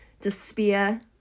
Despair